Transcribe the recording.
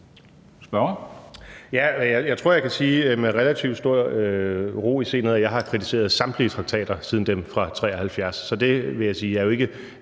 jeg tror, jeg kan sige med relativt stor ro i sindet, at jeg har kritiseret samtlige traktater siden den fra 1973,